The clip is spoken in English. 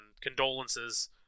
condolences